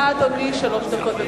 לרשותך, אדוני, שלוש דקות.